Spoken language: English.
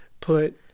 put